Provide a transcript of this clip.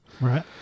Right